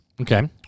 Okay